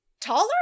taller